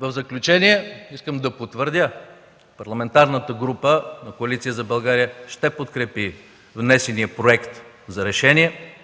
В заключение искам да потвърдя – Парламентарната група на Коалиция за България ще подкрепи внесения проект за решение.